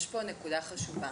יש פה נקודה חשובה.